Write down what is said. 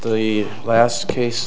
the last case